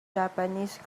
japanese